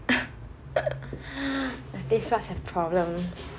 your taste buds have problem